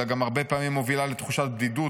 אלא גם הרבה פעמים מובילה לתחושת בדידות,